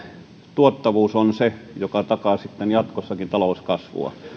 tuottavuus on se joka takaa sitten jatkossakin talouskasvua